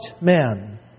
man